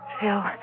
Phil